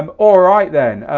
um all right then,